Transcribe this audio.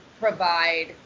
provide